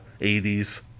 80s